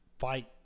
Fight